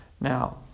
Now